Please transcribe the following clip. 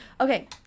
Okay